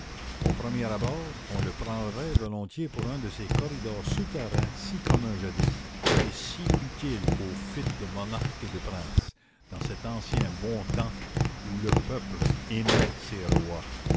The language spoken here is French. au premier abord on le prendrait volontiers pour un de ces corridors souterrains si communs jadis et si utiles aux fuites de monarques et de princes dans cet ancien bon temps où le peuple aimait ses rois